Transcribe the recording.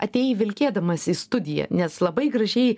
atėjai vilkėdamas į studiją nes labai gražiai